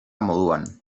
moduan